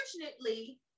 unfortunately